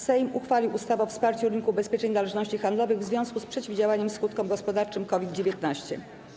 Sejm uchwalił ustawę o wsparciu rynku ubezpieczeń należności handlowych w związku z przeciwdziałaniem skutkom gospodarczym COVID-19.